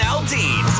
Aldean